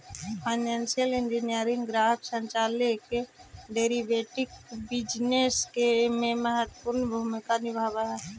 financial engineering ग्राहक संचालित derivative business में महत्वपूर्ण भूमिका निभावऽ हई